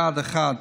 יעד 1,